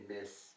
miss